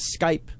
Skype